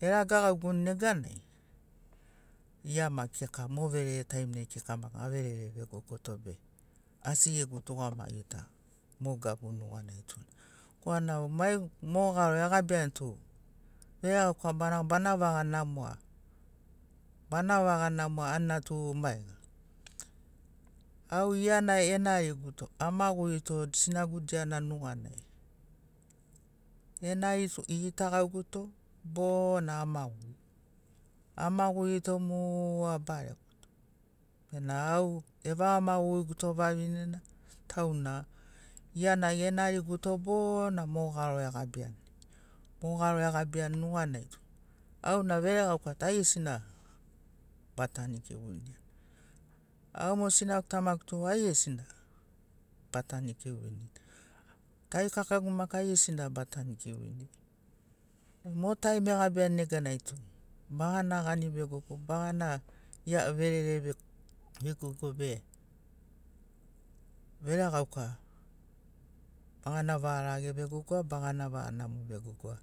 eragagauguni neganai gia maki kika mo verere taiminai kika maki gaverere vegogoto be asi gegu tugamagi ta mo gabu nuganai tuna. Korana mo garo egabiani tu veregauka barau bana vaga namoa. Bana vaga namoa anina tu maiga, au gia na enariguto amagurito sinagu diana nuganai enari gitakauguto bo na amagurito. Amagurito mu abaregoto bena au evaga maguriguto vavinena tauna gia na genariguto bona mo garo egabiani. Mo garo egabiani nuganai tu auna veregauka tu aigesina batanikiuani. Au mo sinagu tamagu tu aigesina ba tanikiu vinirini, tarikakagu maki aigesina ba tanikiu vinirini. Nai mo taim egabiani neganai tu bagana gani vegogo, bagana verere vegogo be veregauka bagana vaga rage vegogoa bagana vaga namo vegogoa.